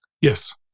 Yes